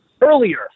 Earlier